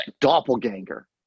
Doppelganger